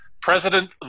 President